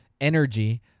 energy